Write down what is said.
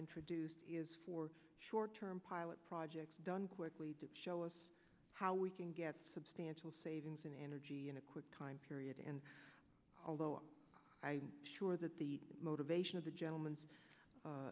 introduced is for short term pilot projects done quickly to show us how we can get substantial savings in energy in a quick time period and although i sure that the motivation of the gentleman